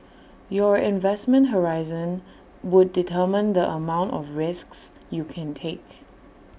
your investment horizon would determine the amount of risks you can take